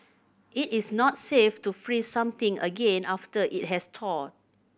it is not safe to freeze something again after it has thawed